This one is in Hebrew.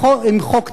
עם חוק טל,